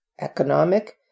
economic